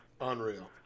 Unreal